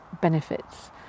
benefits